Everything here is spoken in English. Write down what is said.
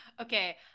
Okay